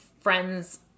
friends